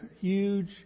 huge